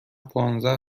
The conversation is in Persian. پانزده